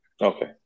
Okay